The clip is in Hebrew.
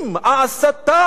ההסתה,